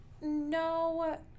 no